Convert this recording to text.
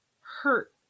hurt